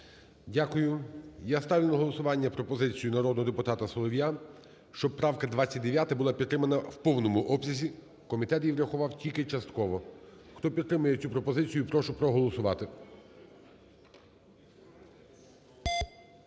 Дякую. Я ставлю на голосування пропозицію народного депутата Солов'я, щоб правка 29 була підтримана в повному обсязі. Комітет її врахував тільки частково. Хто підтримує цю пропозицію, прошу проголосувати.